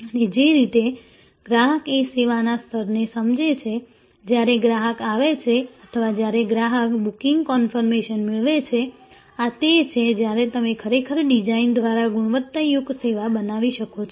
અને જે રીતે ગ્રાહક એ સેવાના સ્તરને સમજે છે જ્યારે ગ્રાહક આવે છે અથવા જ્યારે ગ્રાહક બુકિંગ કન્ફોર્મેશન મેળવે છે આ તે છે જ્યારે તમે ખરેખર ડિઝાઇન દ્વારા ગુણવત્તાયુક્ત સેવા બનાવી શકો છો